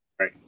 Right